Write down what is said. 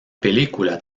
película